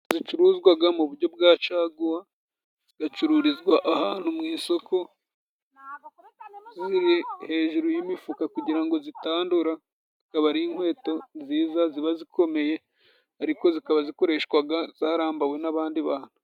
Inkweto zicuruzwa mu buryo bwa caguwa, zicururizwa ahantu mu isoko, ziri hejuru y'imifuka kugira ngo zitandura, zikaba ari inkweto nziza ziba zikomeye, ariko zikaba zikoreshwa zarambawe n'abandi bantu.